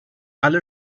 alle